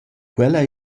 quella